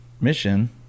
mission